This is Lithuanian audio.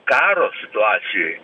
karo situacijoj